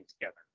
together